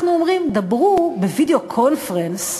אנחנו אומרים: דברו בווידיאו קונפרנס,